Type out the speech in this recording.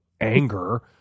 anger